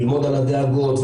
על הדאגות,